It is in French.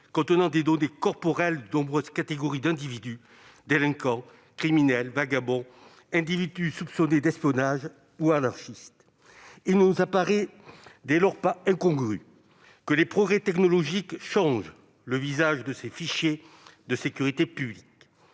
contenant des données corporelles de nombreuses catégories d'individus : délinquants, criminels, vagabonds, individus soupçonnés d'espionnage ou anarchistes. Il ne nous apparaît dès lors pas incongru que les progrès technologiques changent le visage de ces fichiers de sécurité publique.